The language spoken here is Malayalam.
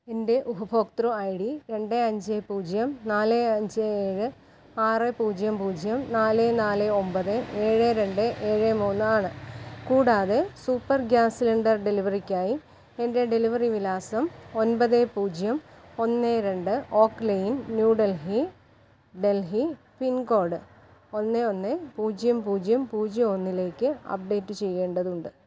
എന്റെ ഉപഭോക്തൃ ഐ ഡി രണ്ട് അഞ്ച് പൂജ്യം നാല് അഞ്ച് ഏഴ് ആറ് പൂജ്യം പൂജ്യം നാല് നാല് ഒൻപത് ഏഴ് രണ്ട് ഏഴ് മൂന്നാണ് കൂടാതെ സൂപ്പർ ഗ്യാസ് സിലിണ്ടർ ഡെലിവറിക്കായി എന്റെ ഡെലിവറി വിലാസം ഒന്പത് പൂജ്യം ഒന്ന് രണ്ട് oak lane New Delhi Delhi pin code ഒന്ന് ഒന്ന് പൂജ്യം പൂജ്യം പൂജ്യമൊന്നിലേക്ക് അപ്ഡേറ്റ് ചെയ്യേണ്ടതുണ്ട്